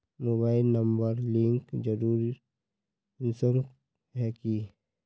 Mobile number link जरुरी कुंसम है की?